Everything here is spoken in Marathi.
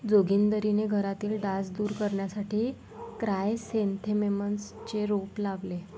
जोगिंदरने घरातील डास दूर करण्यासाठी क्रायसॅन्थेममचे रोप लावले